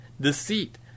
deceit